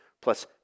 plus